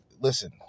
Listen